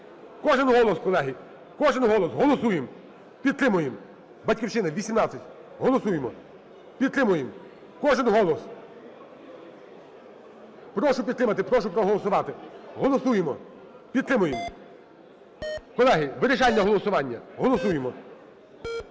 Кожен голос, колеги, кожен голос! Голосуємо. Підтримуємо. "Батьківщина", 18. Голосуємо, підтримуємо. Кожен голос. Прошу підтримати. Прошу проголосувати. Голосуємо! Підтримуємо! Колеги, вирішальне голосування. Голосуємо!